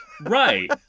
Right